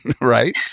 Right